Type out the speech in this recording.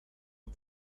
was